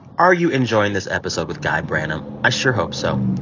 are you enjoying this episode with guy branum? i sure hope so.